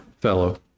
fellow